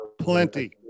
plenty